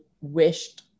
wished